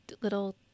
little